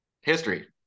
History